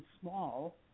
small